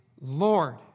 Lord